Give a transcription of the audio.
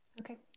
Okay